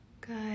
Good